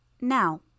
now